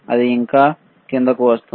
అది ఇంకా కిందకు వస్తుంది